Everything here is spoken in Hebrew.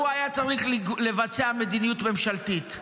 הוא היה צריך לבצע מדיניות ממשלתית,